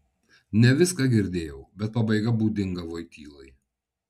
ne viską girdėjau bet pabaiga būdinga voitylai